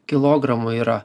kilogramui yra